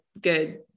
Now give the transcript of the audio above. good